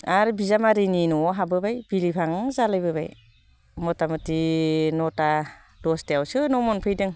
आरो बिजामादैनि न'आव हाब्बोबाय बिलिफां जालायबोबाय मथा मथि न'था दस्थायावसो न' मोनफैदों